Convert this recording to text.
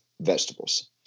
vegetables